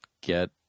get